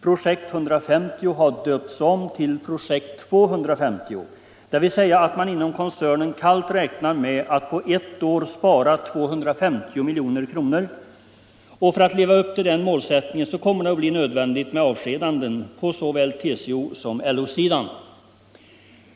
Projekt 150 har döpts om till Projekt 250, dvs. att man inom koncernen kallt räknar med att på ett år spara 250 milj.kr. För att leva upp till den målsättningen kommer det att bli nödvändigt med avskedanden på såväl TCO som LO-sidan.